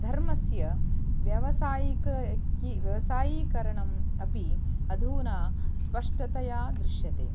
धर्मस्य व्यवसायिक की व्यवसायीकरणम् अपि अधुना स्पष्टतया दृश्यते